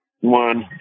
one